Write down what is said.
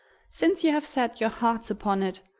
since you have set your hearts upon it,